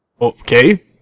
okay